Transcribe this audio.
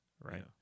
right